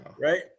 Right